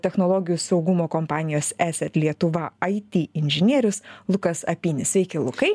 technologijų saugumo kompanijos eset lietuva it inžinierius lukas apynis sveiki lukai